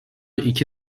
iki